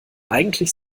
eigentlich